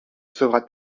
sauvera